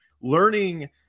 Learning